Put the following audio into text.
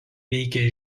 veikė